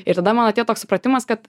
ir tada man atėjo toks supratimas kad